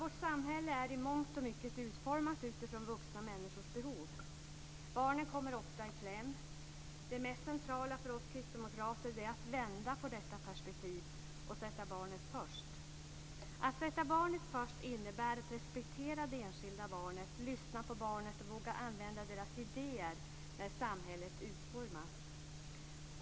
Vårt samhälle är i mångt och mycket utformat utifrån vuxna människors behov. Barnen kommer ofta i kläm. Det mest cenetrala för oss kristdemokrater är att vända på detta perspektiv och sätta barnet först. Att sätta barnet först innebär att respektera de enskilda barnen, lyssna på barnen och våga använda deras idéer när samhället utformas.